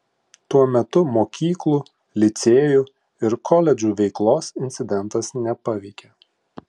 tuo metu mokyklų licėjų ir koledžų veiklos incidentas nepaveikė